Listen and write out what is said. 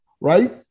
right